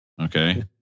Okay